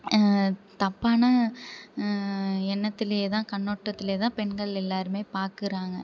தப்பான எண்ணத்திலே தான் கண்ணோட்டத்திலே தான் பெண்கள் எல்லாேருமே பார்க்குறாங்க